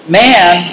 man